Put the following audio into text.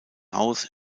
haus